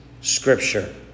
scripture